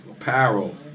apparel